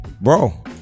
bro